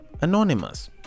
Anonymous